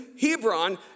Hebron